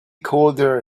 colder